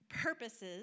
purposes